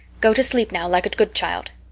go to sleep now like a good child.